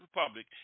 republic